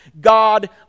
God